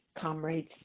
comrades